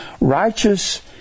righteous